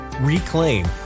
reclaim